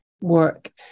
work